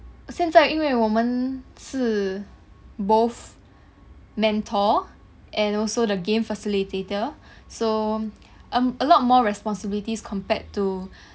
现在因为我们是 both mentor and also the game facilitator so um a lot more responsibilities compared to